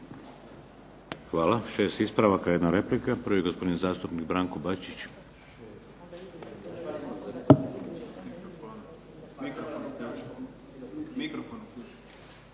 Hvala. Šest ispravaka, jedna replika. Prvi gospodin zastupnik Branko Bačić.